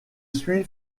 suis